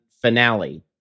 finale